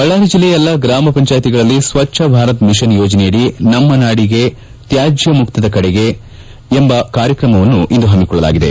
ಬಳ್ಳಾರಿ ಜಿಲ್ಲೆಯ ಎಲ್ಲಾ ಗ್ರಾಮ ಪಂಚಾಯತಿಗಳಲ್ಲಿ ಸ್ವಚ್ದ ಭಾರತ್ ವಿಷನ್ ಯೋಜನೆಯಡಿ ನಮ್ಮ ನಡಿಗೆ ತ್ಯಾಜ್ಯಮುಕ್ತದ ಕಡೆಗೆ ಎಂಬ ಕಾರ್ಯಕ್ರಮ ವನ್ನು ಇಂದು ಹಮ್ನಿಕೊಳ್ಳಲಾಗಿತ್ತು